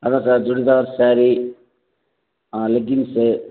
அதான் sir churidar sari leggings